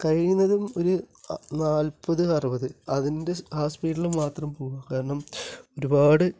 കഴിയുന്നതും ഒരു നാല്പത് അറുപത് അതിന്റെ ആ സ്പീഡിൽ മാത്രം പോവുക കാരണം ഒരുപാട്